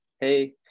hey